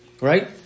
Right